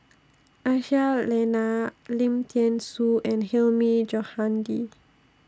Aisyah Lyana Lim Thean Soo and Hilmi Johandi